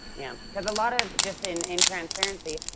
yeah. cause a lot of just in and transparency,